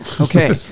okay